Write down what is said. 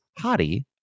Hottie